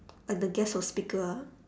like the guest of speaker ah